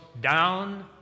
down